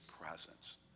presence